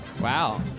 Wow